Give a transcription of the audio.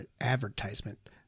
Advertisement